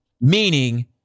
meaning